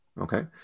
okay